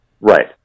right